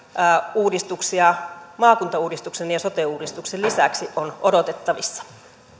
uudistuksia maakuntauudistuksen ja sote uudistuksen lisäksi on odotettavissa